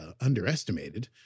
underestimated